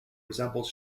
resembles